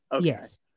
Yes